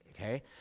Okay